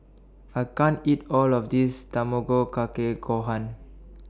I can't eat All of This Tamago Kake Gohan